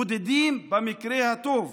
בודדים במקרה הטוב